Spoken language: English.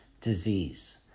disease